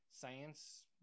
science